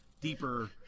deeper